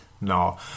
No